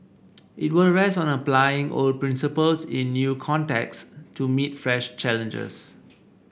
it will rest on applying old principles in new contexts to meet fresh challenges